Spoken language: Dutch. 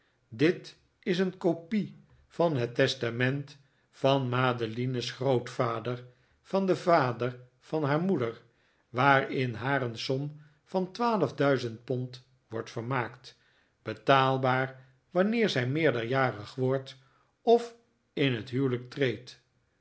dit is een kopie van het testament van madeline's grootvader van den vader van haar moeder waarin haar een som van twaalf duizend pond wordt vermaakt betaalbaar wanneer zij meerderjarig wordt of in het huwelijk treedt